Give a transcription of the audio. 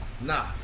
Nah